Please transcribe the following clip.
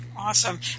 Awesome